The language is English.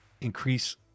Increase